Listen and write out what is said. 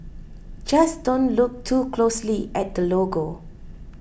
just don't look too closely at the logo